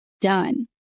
done